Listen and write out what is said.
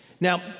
Now